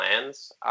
plans